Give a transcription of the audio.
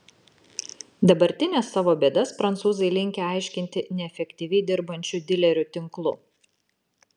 dabartines savo bėdas prancūzai linkę aiškinti neefektyviai dirbančiu dilerių tinklu